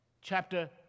chapter